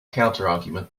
counterargument